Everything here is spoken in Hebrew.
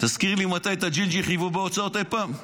תזכיר לי, מתי את הג'ינג'י חייבו בהוצאות אי פעם?